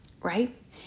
right